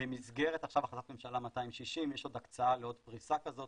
ובמסגרת החלטת הממשלה 260 יש עוד הקצאה לעוד פריסה כזאת,